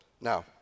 Now